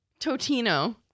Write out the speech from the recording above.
totino